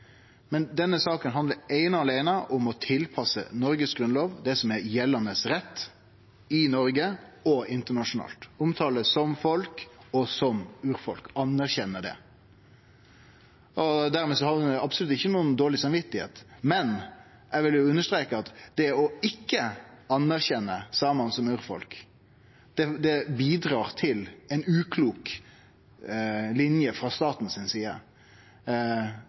men denne saka handlar eine og aleine om å tilpasse Noregs grunnlov til det som er gjeldande rett i Noreg og internasjonalt, om å omtale som «folk» og som «urfolk», anerkjenne det. Dermed har ein absolutt ikkje noko dårleg samvit, men eg vil streke under at det å ikkje anerkjenne samane som urfolk bidreg til ei uklok linje frå staten si side,